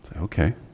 Okay